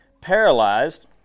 paralyzed